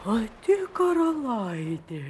pati karalaitė